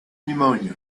pneumonia